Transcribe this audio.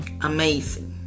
amazing